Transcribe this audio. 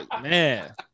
Man